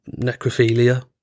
necrophilia